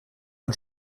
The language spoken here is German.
von